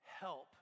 help